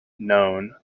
known